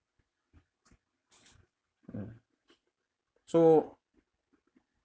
mm so